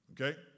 okay